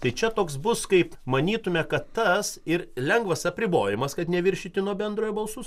tai čia toks bus kaip manytumėme kad tas ir lengvas apribojimas kad neviršyti nuo bendrojo balsų